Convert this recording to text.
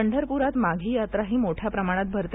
पंढरपुरात माघी यात्राही मोठ्या प्रमाणात भरते